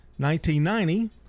1990